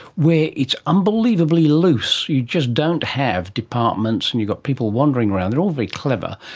where it's unbelievably loose. you just don't have departments and you've got people wandering around, they are all very clever,